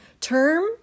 term